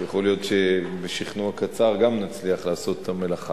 כי יכול להיות שבשכנוע קצר גם נצליח לעשות את המלאכה.